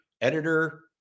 editor